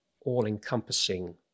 all-encompassing